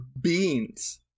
beans